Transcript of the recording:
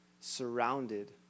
surrounded